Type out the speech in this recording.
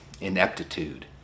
ineptitude